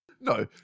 No